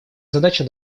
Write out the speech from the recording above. задача